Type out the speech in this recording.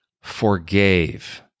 forgave